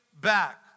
back